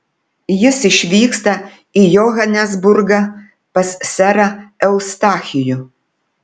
jis išvyksta į johanesburgą pas serą eustachijų